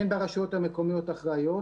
הן ברשויות המקומיות האחראיות